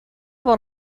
por